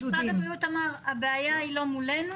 משרד הבריאות אמר שהבעיה לא מולם,